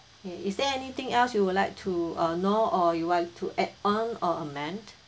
K is there anything else you would like to uh know or you want to add on or amend